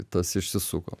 tas išsisuko